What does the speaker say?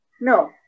no